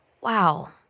Wow